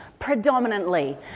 predominantly